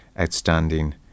outstanding